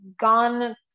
gone